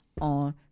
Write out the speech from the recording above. on